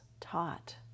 taught